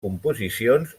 composicions